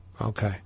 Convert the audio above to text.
Okay